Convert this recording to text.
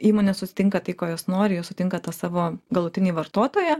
įmonės susitinka tai ko jos nori jos sutinka tą savo galutinį vartotoją